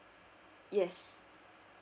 yes